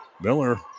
Miller